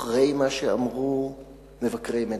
אחרי מה שאמרו מבקרי מדינה,